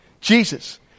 Jesus